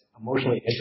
emotionally